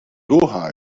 doha